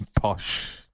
posh